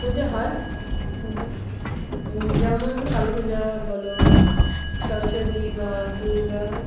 পূজা হয় যেমন কালী পূজা বলো সরস্বতী বা দুর্গা